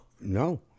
No